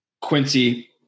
Quincy